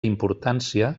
importància